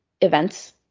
events